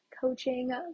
coaching